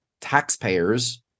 taxpayers